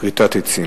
בדואי: כריתת עצים.